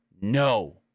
no